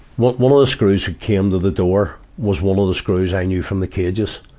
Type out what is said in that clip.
one one of the screws who can to the door was one of the screws i knew from the cages.